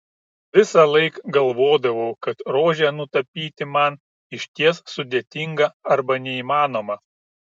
visąlaik galvodavau kad rožę nutapyti man išties sudėtinga arba neįmanoma